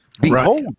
behold